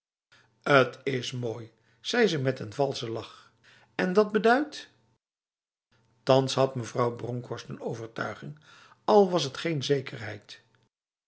het is mooi zei ze met een valse lach en dat beduidt thans had mevrouw bronkhorst een overtuiging al was het geen zekerheid